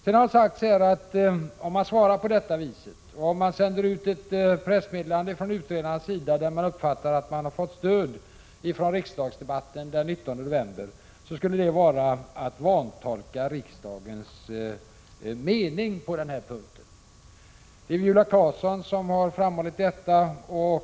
Det har här sagts att det skulle vara att vantolka riksdagens mening om man svarar på det sätt som jag har gjort och om det från utredarnas sida sänds ut ett pressmeddelande som leder till uppfattningen att utredarna har fått stöd genom riksdagsdebatten den 19 november. Detta har framhållits av Viola Claesson.